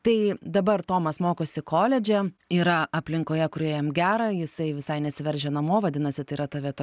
tai dabar tomas mokosi koledže yra aplinkoje kurioje jam gera jisai visai nesiveržia namo vadinasi tai yra ta vieta